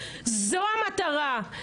זאת המטרה,